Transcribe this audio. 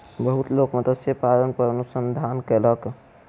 बहुत लोक मत्स्य पालन पर अनुसंधान कयलक